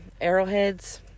arrowheads